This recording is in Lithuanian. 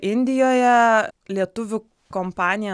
indijoje lietuvių kompanija